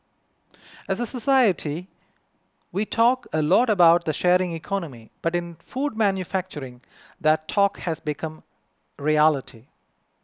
as a society we talk a lot about the sharing economy but in food manufacturing that talk has become reality